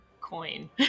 coin